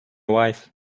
wife